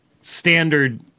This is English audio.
standard